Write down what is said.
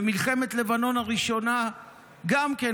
במלחמת לבנון הראשונה גם כן,